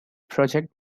project